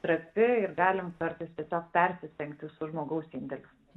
trapi ir galim kartais tiesiog persistengti su žmogaus indėliu